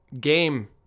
game